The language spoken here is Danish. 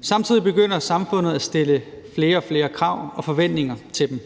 Samtidig begynder samfundet at stille flere og flere krav og have forventninger til dem.